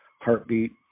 Heartbeat